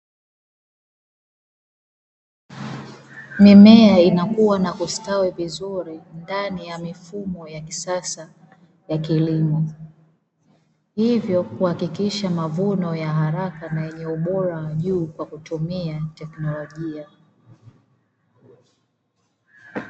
Mimea inakuwa na kustawi vizuri ndani ya mifumo ya kisasa ya kilimo, hivyo kuhakikisha mavuno ya haraka na yenye ubora wa juu kwa kutumia teknolojia.